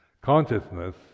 Consciousness